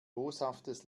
boshaftes